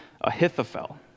Ahithophel